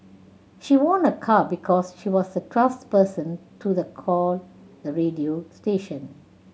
she won a car because she was the twelfth person to the call the radio station